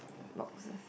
boxes